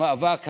המאבק הצודק.